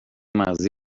مغزی